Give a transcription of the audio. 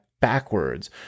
backwards